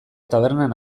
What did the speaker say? tabernan